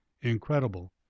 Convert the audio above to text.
incredible